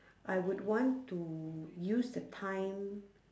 I would want to use the time